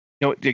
no